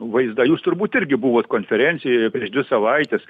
vaizdą jūs turbūt irgi buvot konferencijoje prieš dvi savaites